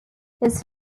his